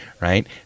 right